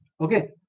Okay